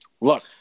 Look